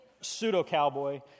pseudo-cowboy